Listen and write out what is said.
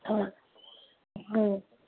হয় হয়